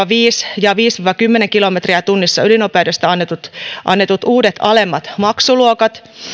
viisi ja viiden viiva kymmenen kilometrin tunnissa ylinopeudesta annetut annetut uudet alemmat maksuluokat